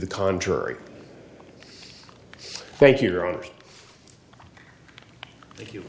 the contrary thank you thank you